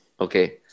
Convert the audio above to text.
Okay